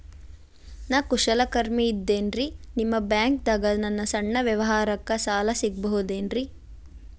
ನಾ ಕುಶಲಕರ್ಮಿ ಇದ್ದೇನ್ರಿ ನಿಮ್ಮ ಬ್ಯಾಂಕ್ ದಾಗ ನನ್ನ ಸಣ್ಣ ವ್ಯವಹಾರಕ್ಕ ಸಾಲ ಸಿಗಬಹುದೇನ್ರಿ?